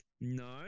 No